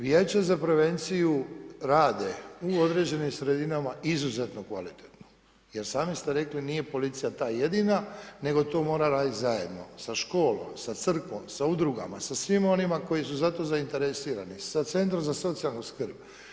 Vijeća za prevenciju rade u određenim sredinama izuzetno kvalitetno jer sami ste rekli, nije policija ta jedina, nego tu mora raditi zajedno sa školom, sa crkvom, sa udrugama sa svima onima koji su za to zainteresirani, sa centrom za socijalnu skrb.